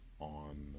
on